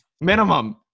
Minimum